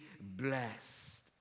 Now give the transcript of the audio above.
blessed